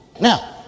Now